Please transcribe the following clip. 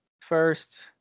first